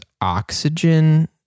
oxygen